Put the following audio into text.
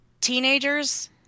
teenagers